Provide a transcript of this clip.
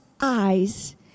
eyes